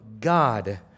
God